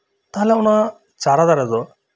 ᱛᱟᱦᱚᱞᱮ ᱚᱱᱟ ᱪᱟᱨᱟ ᱫᱟᱨᱮᱫᱚ